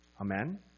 Amen